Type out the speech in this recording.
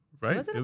Right